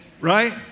right